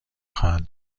خواهد